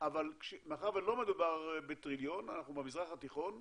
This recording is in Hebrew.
אבל מאחר שלא מדובר בטריליון, אנחנו במזרח התיכון,